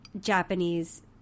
Japanese